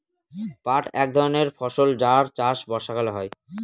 পাট এক ধরনের ফসল যার চাষ বর্ষাকালে হয়